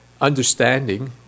Understanding